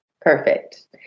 Perfect